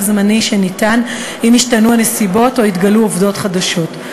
זמני שניתן אם השתנו הנסיבות או התגלו עובדות חדשות.